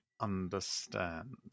understand